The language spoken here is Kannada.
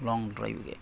ಲಾಂಗ್ ಡ್ರೈವಿಗೆ